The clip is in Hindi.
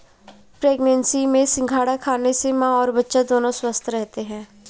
प्रेग्नेंसी में सिंघाड़ा खाने से मां और बच्चा दोनों स्वस्थ रहते है